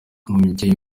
umubyeyi